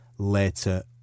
later